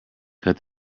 cut